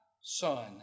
Son